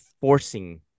forcing